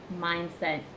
mindset